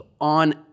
on